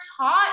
taught